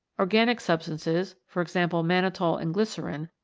organic substances, for example mannitol and glycerin,